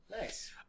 Nice